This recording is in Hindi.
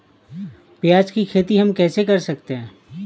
प्याज की खेती हम कैसे कर सकते हैं?